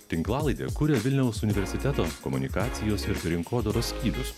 tinklalaidę kuria vilniaus universiteto komunikacijos ir rinkodaros skyrius